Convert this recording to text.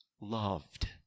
loved